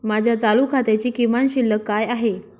माझ्या चालू खात्याची किमान शिल्लक काय आहे?